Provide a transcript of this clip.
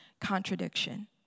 contradiction